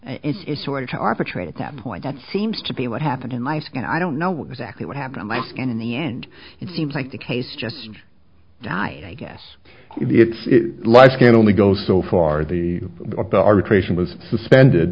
its is sort of to arbitrate at that point that seems to be what happened in life and i don't know exactly what happened in the end it seems like the case just die i guess it's life can only go so far the arbitration was suspended